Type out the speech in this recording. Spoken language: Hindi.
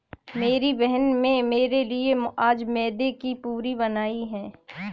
मेरी बहन में मेरे लिए आज मैदे की पूरी बनाई है